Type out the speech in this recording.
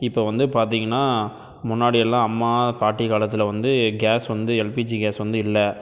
இப்போ வந்து பார்த்தீங்கன்னா முன்னாடியெல்லாம் அம்மா பாட்டி காலத்தில் வந்து கேஸ் வந்து எல்பிஜி கேஸ் வந்து இல்லை